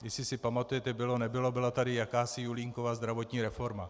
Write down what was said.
Jestli si pamatujete, bylo nebylo, byla tady jakási Julínkova zdravotní reforma.